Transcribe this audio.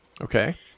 Okay